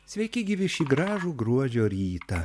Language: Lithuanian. sveiki gyvi šį gražų gruodžio rytą